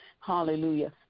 Hallelujah